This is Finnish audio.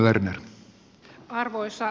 arvoisa puhemies